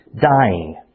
dying